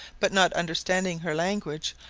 but not understanding her language,